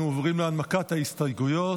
אנחנו עוברים להנמקת ההסתייגויות.